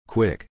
Quick